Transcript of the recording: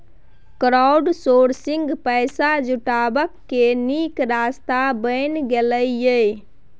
crowdsourcing पैसा जुटबै केर नीक रास्ता बनि गेलै यै